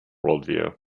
worldview